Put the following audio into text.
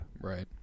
Right